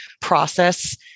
process